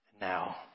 Now